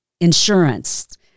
insurance